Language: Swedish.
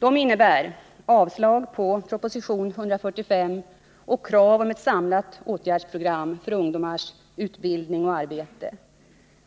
De innebär avslag på proposition 145 och krav på att ett samlat åtgärdsprogram för ungdomens utbildning och arbete